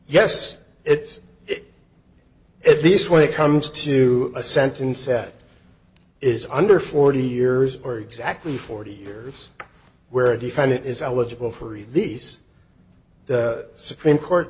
yes it's if this when it comes to a sentence that is under forty years or exactly forty years where a defendant is eligible for release the supreme court